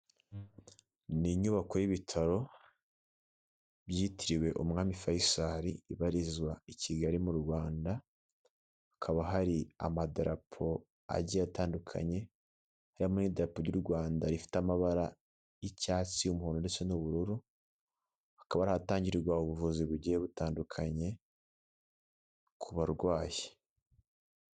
Ni inyubako y'ibitaro byitiriwe umwami FAISAL, ibarizwa i Kigali mu Rwanda. Hakaba hari amadarapo agiye atandukanye, harimo n'idarapo ry'u Rwanda rifite amabara y'icyatsi, umuhondo, ndetse n'ubururu, hakaba ari ahatangirwa ubuvuzi bugiye butandukanye ku barwayi.